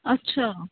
ਅੱਛਾ